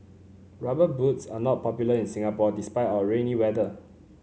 rubber boots are not popular in Singapore despite our rainy weather